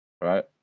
Right